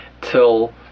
till